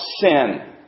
sin